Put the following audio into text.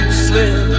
slip